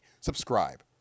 Subscribe